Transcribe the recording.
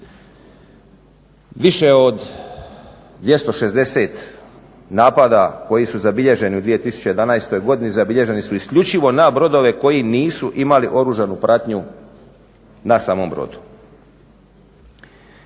Više od 260 napada koji su zabilježeni u 2011. godini zabilježeni su isključivo na brodove koji nisu imali oružanu pratnju na samom brodu.